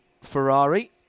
Ferrari